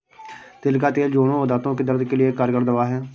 तिल का तेल जोड़ों और दांतो के दर्द के लिए एक कारगर दवा है